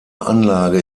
anlage